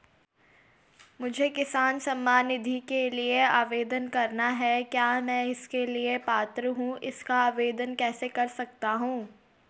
मुझे किसान सम्मान निधि के लिए आवेदन करना है क्या मैं इसके लिए पात्र हूँ इसका आवेदन कैसे कर सकता हूँ?